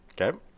Okay